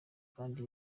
kandi